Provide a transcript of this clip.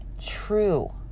true